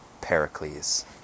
Pericles